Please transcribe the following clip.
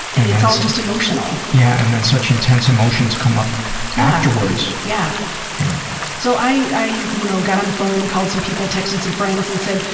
and it's all just emotional. yeah and then such intense emotions come up afterwards. yeah so i i you know got on the phone called some people, texted some friends and asked